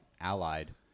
allied